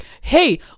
hey